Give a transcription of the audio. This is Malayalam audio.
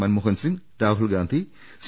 മൻമോഹൻ സിംഗ് രാഹുൽ ഗാന്ധി സി